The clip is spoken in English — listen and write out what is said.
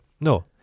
no